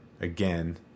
Again